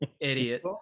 idiot